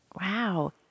Wow